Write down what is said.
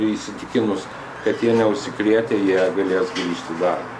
įsitikinus kad jie neužsikrėtę jie galės grįžt į darbą